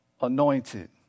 anointed